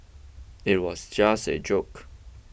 it was just a joke